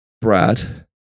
Brad